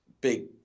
big